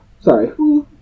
Sorry